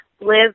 live